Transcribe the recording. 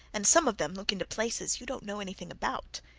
and some of them look into places you don't know anything about.